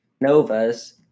Novas